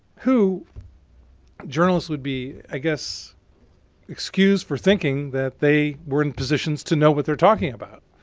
who journalists would be i guess excused for thinking that they were in positions to know what they're talking about.